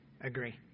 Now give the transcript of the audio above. agree